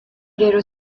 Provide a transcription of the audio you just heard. rero